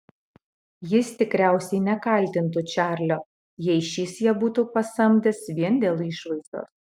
jis tikriausiai nekaltintų čarlio jei šis ją būtų pasamdęs vien dėl išvaizdos